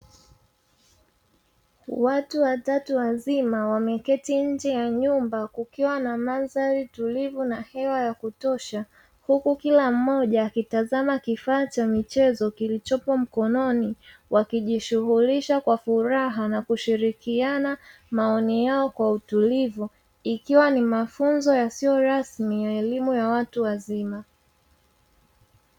Watu watatu wazima wameketi nje ya nyumba kukiwa na mandhari tulivu na hewa ya kutosha. Huku kila mmoja akitazama kifaa cha michezo kilichopo mkononi, wakijishughulisha kwa furaha na kushirikiana maoni yao kwa utulivu, ikiwa ni mafunzo yasiyo rasmi ya elimu ya watu wazima.